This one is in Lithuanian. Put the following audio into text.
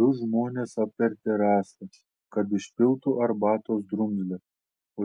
du žmonės apvertė rąstą kad išpiltų arbatos drumzles